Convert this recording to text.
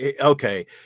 okay